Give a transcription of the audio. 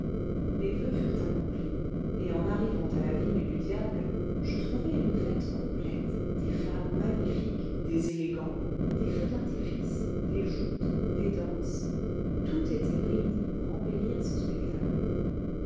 mes voeux furent accomplis et en arrivant à la vigne du diable je trouvai une fête complète des femmes magnifiques des élégans des feux d'artifices des joutes des danses tout était réuni pour embellir ce spectacle